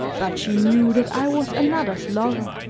but she knew that i was another's lover,